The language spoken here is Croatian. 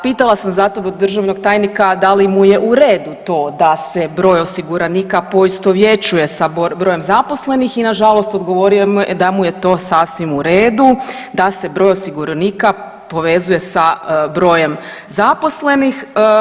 Pitala sam zato državnog tajnika da li mu je u redu to da se broj osiguranika poistovjećuje sa brojem zaposlenih i nažalost, odgovorio mi je da mu je to sasvim u redu, da se broj osiguranika povezuje sa brojem zaposlenih.